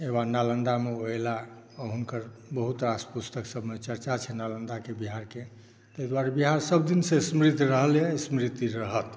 एवं नालन्दामे ओ एलाह हुनकर बहुत रास पुस्तक सभमे चर्चा छै नालन्दाकेँ बिहारकेँ ताहि दुआरे बिहार सभ दिनसॅं समृद्ध रहलैया आ समृद्ध रहत